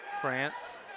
France